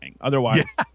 otherwise